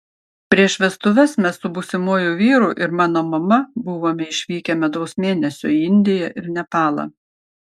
prieš vestuves mes su būsimuoju vyru ir mano mama buvome išvykę medaus mėnesio į indiją ir nepalą